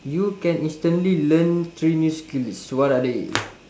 you can instantly learn three new skills what are they